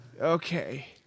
Okay